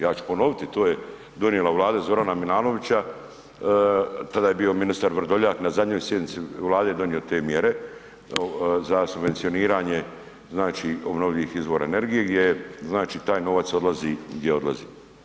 Ja ću ponoviti to je donijela Vlada Zorana Milanovića, tada je bio ministra Vrdoljak, na zadnjoj sjednici Vlade je donio te mjere za subvencioniranje, znači, obnovljivih izvora energije, gdje je, znači, taj novac odlazi gdje odlazi.